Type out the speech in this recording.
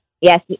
yes